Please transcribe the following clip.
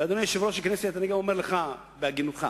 ואדוני יושב-ראש הכנסת, אני גם אומר לך, בהגינותך